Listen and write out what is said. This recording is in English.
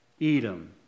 Edom